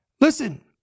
listen